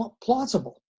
plausible